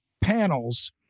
panels